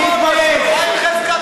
תתבייש לך.